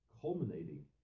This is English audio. culminating